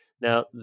Now